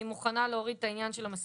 אני מוכנה להוריד את העניין של המסוכנות,